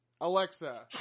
Alexa